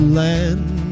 land